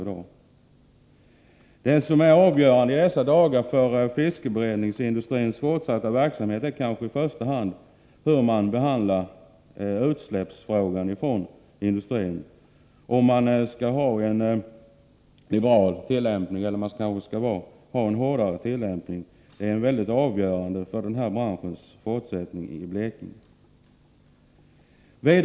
Det som i dessa dagar är avgörande för fiskeberedningsindustrins fortsatta verksamhet är kanske i första hand hur man behandlar frågan om utsläppen från industrin. Skall det vara en liberal eller en hårdare tillämpning? Det är mycket avgörande för denna branschs fortlevnad i Blekinge.